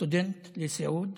סטודנט לסיעוד,